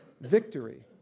victory